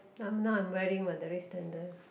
now I'm now wearing my the red sandal